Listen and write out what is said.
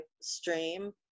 stream